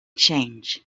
change